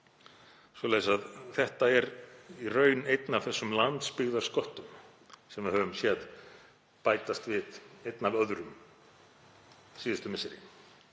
til baka. Þetta er í raun einn af þessum landsbyggðarsköttum sem við höfum séð bætast við, einn af öðrum, síðustu misseri